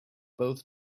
both